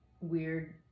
weird